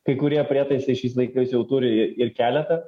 kai kurie prietaisai šiais laikais jau turi ir keletą